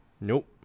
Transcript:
nope